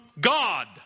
God